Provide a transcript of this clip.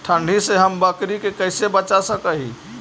ठंडी से हम बकरी के कैसे बचा सक हिय?